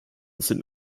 sind